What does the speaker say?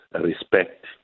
respect